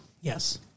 Yes